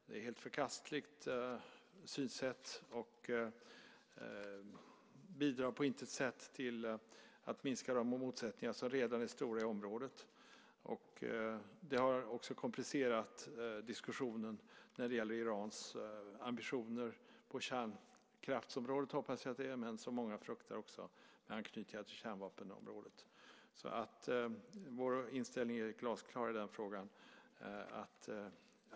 Det är ett helt förkastligt synsätt, som på intet sätt bidrar till att minska de motsättningar som redan är stora i området. Det har också komplicerat diskussionen när det gäller Irans ambitioner på kärnkraftsområdet, som jag hoppas att det är - många fruktar att det har anknytning till kärnvapenområdet. Vår inställning i den frågan är glasklar.